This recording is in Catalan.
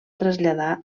traslladar